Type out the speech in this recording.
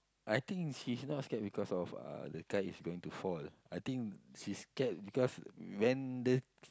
I think she's not scared because of uh the kite is going to fall I think she scared because when the k~